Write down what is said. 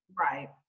right